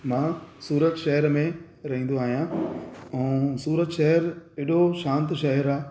मां सूरत शहर में रहिंदो आहियां ऐं सूरत शहर एॾो शांति शहर आहे